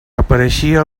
apareixia